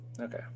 Okay